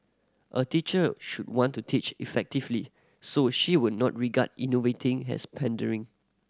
a teacher should want to teach effectively so she would not regard innovating has pandering